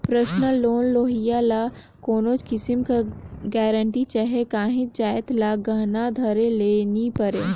personal loan लेहोइया ल कोनोच किसिम कर गरंटी चहे काहींच जाएत ल गहना धरे ले नी परे